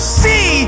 see